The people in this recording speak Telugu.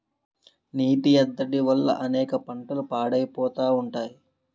నీటి ఎద్దడి వల్ల అనేక పంటలు పాడైపోతా ఉంటాయి